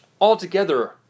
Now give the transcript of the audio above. altogether